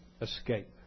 escape